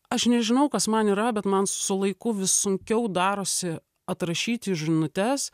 aš nežinau kas man yra bet man su laiku vis sunkiau darosi atrašyti į žinutes